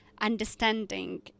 understanding